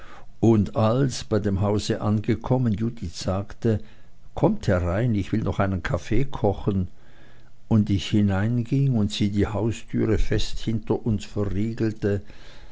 und als bei dem hause angekommen judith sagte kommt herein ich will noch einen kaffee kochen und ich hineinging und sie die haustüre fest hinter uns verriegelte